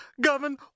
govern